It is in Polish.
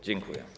Dziękuję.